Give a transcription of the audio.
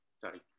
sorry